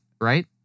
right